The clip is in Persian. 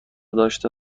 داشته